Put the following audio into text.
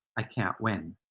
i can't win.